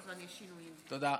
תודה.